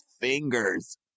fingers